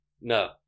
No